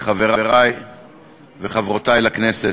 חברי וחברותי לכנסת,